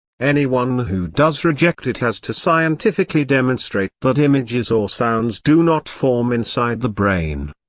anyone who does reject it has to scientifically demonstrate that images or sounds do not form inside the brain.